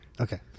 Okay